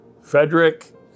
Frederick